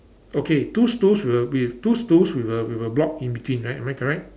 okay two stools with a with two stools with a with a block in between right am I correct